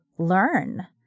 learn